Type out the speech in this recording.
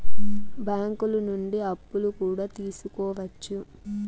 బ్యాంకులు నుండి అప్పులు కూడా తీసుకోవచ్చు